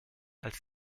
als